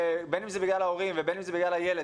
בין אם זה בגלל ההורים ובין אם זה בגלל הילד,